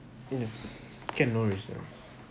yes can no risk there